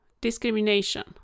discrimination